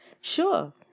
Sure